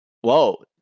Whoa